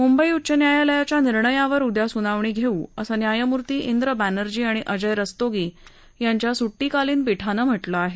मुंबई उच्च न्यायालयाच्या निर्णयावर उद्या सुनावणी घेऊ असं न्यायमूर्ती इंद्र बॅनर्जी आणि अजय रस्तोगी यांच्या सुट्टीकालीन पीठानं म्हा लिं आहे